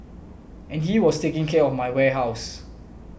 and he was taking care of my warehouse